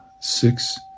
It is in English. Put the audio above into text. six